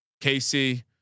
Casey